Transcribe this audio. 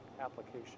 Application